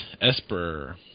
Esper